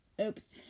Oops